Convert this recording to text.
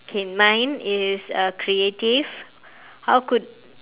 okay mine is uh creative how could